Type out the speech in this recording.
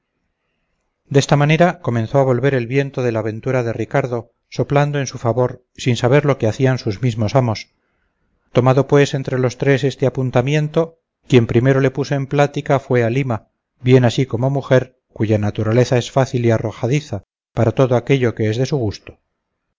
desta manera comenzó a volver el viento de la ventura de ricardo soplando en su favor sin saber lo que hacían sus mismos amos tomado pues entre los tres este apuntamiento quien primero le puso en plática fue halima bien así como mujer cuya naturaleza es fácil y arrojadiza para todo aquello que es de su gusto